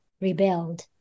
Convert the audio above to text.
rebelled